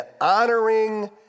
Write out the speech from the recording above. honoring